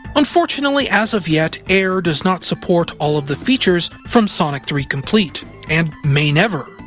unfortunately, as of yet, air does not support all of the features from sonic three complete, and may never.